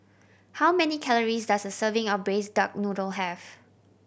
how many calories does a serving of Braised Duck Noodle have